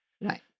Right